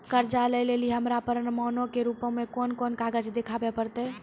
कर्जा लै लेली हमरा प्रमाणो के रूपो मे कोन कोन कागज देखाबै पड़तै?